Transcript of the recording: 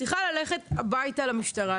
את צריכה ללכת הביתה למשטרה,